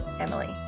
emily